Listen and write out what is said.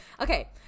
okay